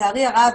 שלצערי רב,